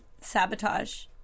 sabotage